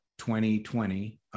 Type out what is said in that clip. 2020